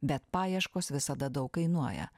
bet paieškos visada daug kainuoja